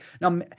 Now